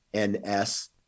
ns